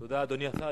אדוני השר.